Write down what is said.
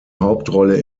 hauptrolle